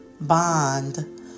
Bond